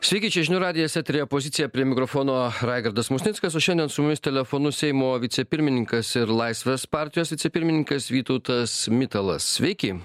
sveiki čia žinių radijas eteryje poziciją prie mikrofono raigardas musnickas o šiandien su mumis telefonu seimo vicepirmininkas ir laisvės partijos vicepirmininkas vytautas mitalas sveiki